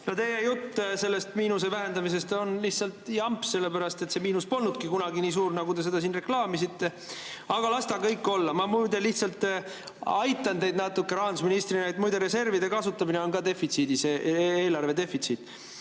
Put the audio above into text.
Teie jutt sellest miinuse vähendamisest on lihtsalt jamps, sellepärast et see miinus polnudki kunagi nii suur, nagu te seda siin reklaamisite. Aga las ta olla. Ma muide lihtsalt aitan teid natuke rahandusministrina: reservide kasutamine on ka defitsiit, eelarvedefitsiit. Aga